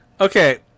Okay